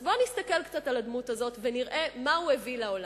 אז בואו נסתכל קצת על הדמות הזאת ונראה מה הוא הביא לעולם.